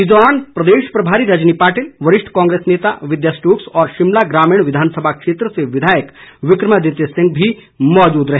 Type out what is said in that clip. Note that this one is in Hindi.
इस दौरान प्रदेश प्रभारी रजनी पाटिल वरिष्ठ कांग्रेस नेता विद्या स्टोक्स और शिमला ग्रामीण विधानसभा क्षेत्र से विधायक विक्रमादित्य सिंह भी मौजूद रहे